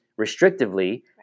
restrictively